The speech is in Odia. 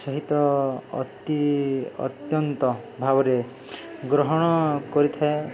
ସହିତ ଅତି ଅତ୍ୟନ୍ତ ଭାବରେ ଗ୍ରହଣ କରିଥାଏ